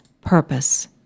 purpose